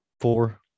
Four